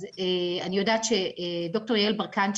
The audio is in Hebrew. אז אני יודעת שד"ר יעל ברקן,